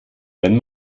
wenn